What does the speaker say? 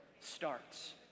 starts